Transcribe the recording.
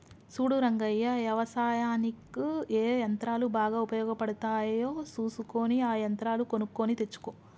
సూడు రంగయ్య యవసాయనిక్ ఏ యంత్రాలు బాగా ఉపయోగపడుతాయో సూసుకొని ఆ యంత్రాలు కొనుక్కొని తెచ్చుకో